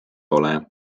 ole